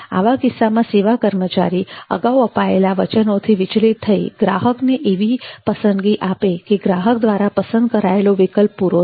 આવા કિસ્સામાં સેવા કર્મચારી અગાઉ અપાયેલા વચનોથી વિચલિત થઈ ગ્રાહકને એવી પસંદગી આપે કે ગ્રાહક દ્વારા પસંદ કરાયેલી વિકલ્પ પૂરો થાય